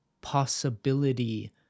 possibility